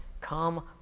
come